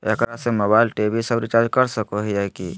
एकरा से mobile TV सब रिचार्ज कर सको हियै की?